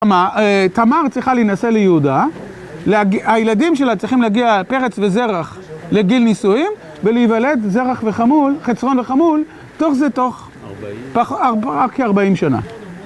תמר צריכה להינשא ליהודה, הילדים שלה צריכים להגיע, פרץ וזרח, לגיל נישואים, ולהיוולד חצרון וחמול, תוך זה, תוך כ-40 שנה.